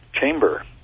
chamber